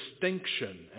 distinction